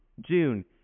June